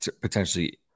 potentially